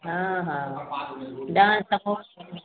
हँ हँ डान्स हमहूँ